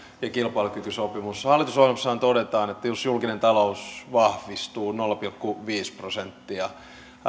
ja kilpailukykysopimus hallitusohjelmassahan todetaan että jos julkinen talous vahvistuu nolla pilkku viisi prosenttia